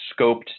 scoped